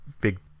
big